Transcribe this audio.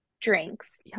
drinks